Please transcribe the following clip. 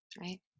right